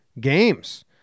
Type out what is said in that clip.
games